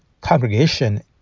congregation